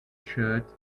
shirt